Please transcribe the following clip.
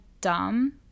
dumb